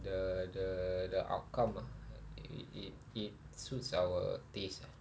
the the the outcome ah it it it suits our taste ah